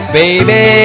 baby